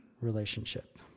relationship